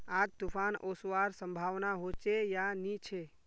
आज तूफ़ान ओसवार संभावना होचे या नी छे?